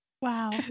Wow